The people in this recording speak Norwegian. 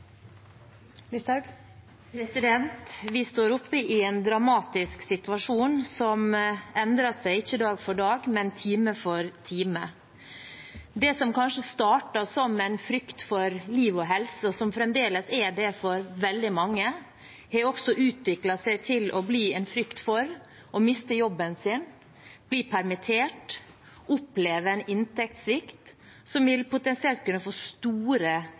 Vi står oppe i en dramatisk situasjon som endrer seg, ikke dag for dag, men time for time. Det som kanskje startet som en frykt for liv og helse, og som fremdeles er det for veldig mange, har også utviklet seg til å bli en frykt for å miste jobben, bli permittert, oppleve en inntektssvikt som potensielt vil kunne få store